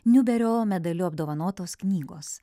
niuberio medaliu apdovanotos knygos